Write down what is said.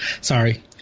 Sorry